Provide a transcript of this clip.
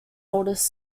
oldest